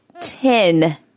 ten